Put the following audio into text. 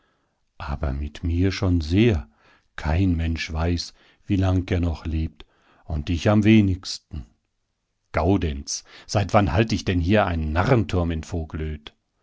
aber mit mir schon sehr kein mensch weiß wie lang er noch lebt und ich am wenigsten gaudenz seit wann halt ich denn hier einen narrenturm in vogelöd